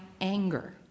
anger